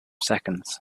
seconds